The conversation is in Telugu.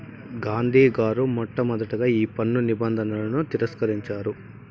గాంధీ గారు మొట్టమొదటగా ఈ పన్ను నిబంధనలను తిరస్కరించారు